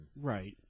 Right